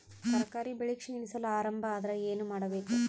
ತರಕಾರಿ ಬೆಳಿ ಕ್ಷೀಣಿಸಲು ಆರಂಭ ಆದ್ರ ಏನ ಮಾಡಬೇಕು?